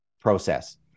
process